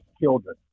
children